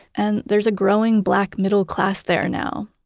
and there's a growing black middle-class there now.